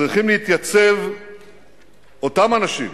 צריכים להתייצב אותם אנשים,